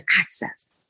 access